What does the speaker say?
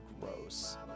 Gross